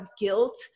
guilt